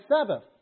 Sabbath